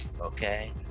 Okay